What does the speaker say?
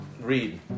read